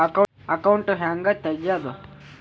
Account ಹ್ಯಾಂಗ ತೆಗ್ಯಾದು?